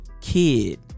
kid